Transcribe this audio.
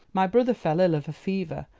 my brother fell ill of a fever,